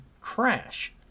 crash